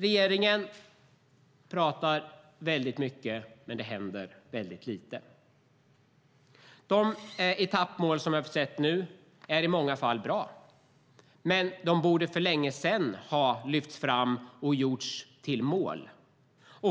Regeringen pratar väldigt mycket, men det händer väldigt lite. De etappmål som vi har sett nu är i många fall bra, men de borde för länge sedan ha lyfts fram och gjorts till mål.